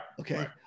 okay